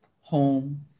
home